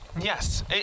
Yes